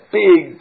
big